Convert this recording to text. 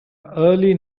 early